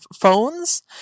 phones